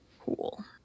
Cool